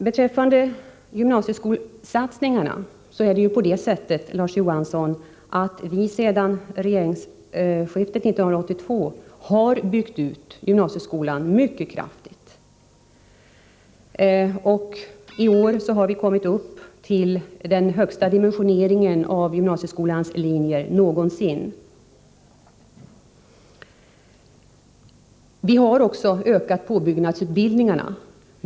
Beträffande gymnasieskolesatsningarna är det ju på det sättet, Larz Johansson, att vi sedan regeringsskiftet 1982 har byggt ut gymnasieskolan mycket kraftigt. I år har vi kommit upp till den högsta dimensioneringen av gymnasieskolans linjer någonsin. Vi har också utökat påbyggnadsutbildningarna.